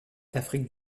d’afrique